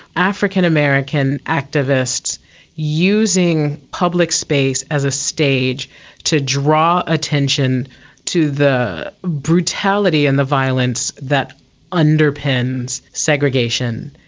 african american activists using public space as a stage to draw attention to the brutality and the violence that underpins segregation,